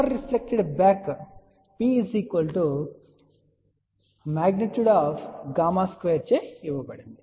power reflected back P | Γ | 2 చే ఇవ్వబడుతుంది